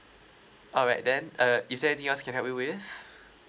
alright then uh is there anything else can help you with